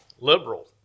liberal